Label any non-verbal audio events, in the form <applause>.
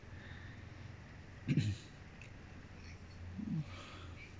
<breath> <breath>